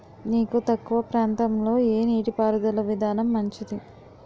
నీరు తక్కువ ప్రాంతంలో ఏ నీటిపారుదల విధానం మంచిది?